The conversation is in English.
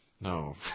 No